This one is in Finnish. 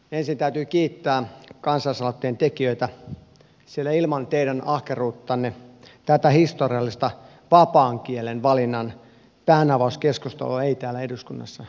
ensin täytyy kiittää kansalaisaloitteen tekijöitä sillä ilman teidän ahkeruuttanne tätä historiallista vapaan kielenvalinnan päänavauskeskustelua ei täällä eduskunnassa nyt käytäisi